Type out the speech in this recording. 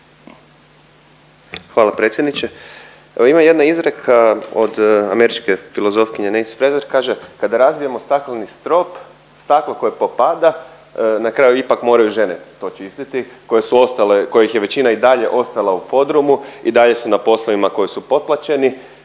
hvala predsjedniče. Ima jedna izreka od američke filozofkinje Nansy Fraser kaže, kada razbijemo stakleni strop staklo koje popada na kraju ipak moraju žene to čistiti koje su ostale koja ih je većina i dalje ostala u podrumu i dalje su na poslovima koji su potplaćeni,